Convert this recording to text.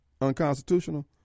unconstitutional